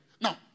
Now